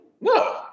No